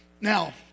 Now